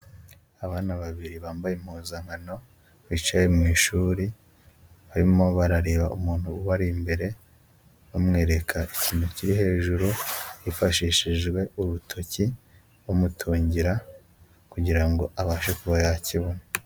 Abana babiri bambaye impuzankano, bicaye mu ishuri, barimo barareba umuntu ubari imbere bamwereka ikintu kiri hejuru, hifashishijwe urutoki bamutungira kugira ngo abashe kuba yakibona.